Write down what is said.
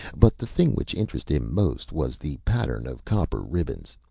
but the thing which interested him most was the pattern of copper ribbons,